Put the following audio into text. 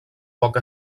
poca